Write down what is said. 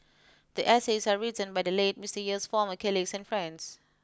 the essays are written by the late Mister Yeo's former colleagues and friends